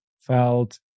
felt